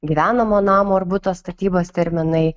gyvenamo namo ar buto statybos terminai